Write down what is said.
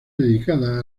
dedicada